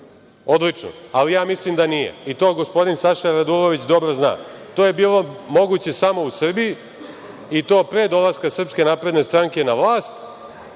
odlično, ali ja mislim da nije i to gospodin Saša Radulović dobro zna. To je bilo moguće samo u Srbiji i to pre dolaska SNS na vlast. Zbog svega